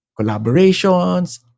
collaborations